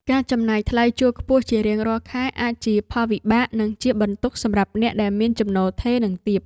ការចំណាយថ្លៃជួលខ្ពស់ជារៀងរាល់ខែអាចជាផលវិបាកនិងជាបន្ទុកសម្រាប់អ្នកដែលមានចំណូលថេរនិងទាប។